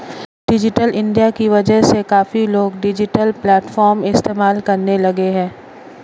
digital India की वजह से काफी लोग डिजिटल प्लेटफ़ॉर्म इस्तेमाल करने लगे हैं